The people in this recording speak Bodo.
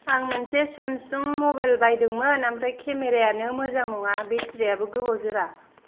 आं मोनसे सेमसुं मबाइल बायदोंमोन ओमफ्राय केमेरायानो मोजां नङा बेट्रियाबो गोबाव जोरा